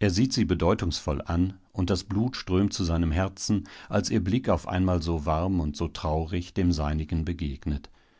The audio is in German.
er sieht sie bedeutungsvoll an und das blut strömt zu seinem herzen als ihr blick auf einmal so warm und so traurig dem seinigen begegnet